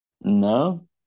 No